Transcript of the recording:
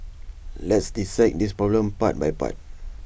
let's dissect this problem part by part